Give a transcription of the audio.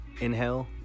Inhale